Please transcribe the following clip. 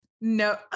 No